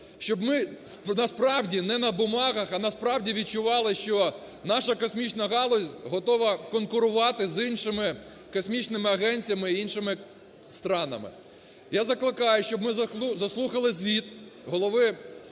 щоби ми насправді, не на бумагах, а насправді відчували, що наша космічна галузь готова конкурувати з іншими космічними агенціями і іншими странами. Я закликаю, щоб ми заслухали звіт голови